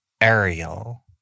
Ariel